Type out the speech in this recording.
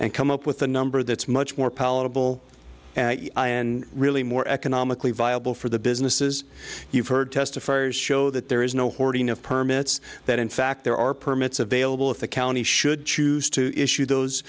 and come up with a number that's much more palatable and really more economically viable for the businesses you've heard testifiers show that there is no hoarding of permits that in fact there are permits available if the county should choose to issue those